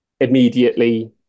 immediately